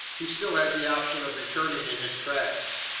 he still has the option of returning in his tracks.